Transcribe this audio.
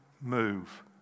move